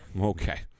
okay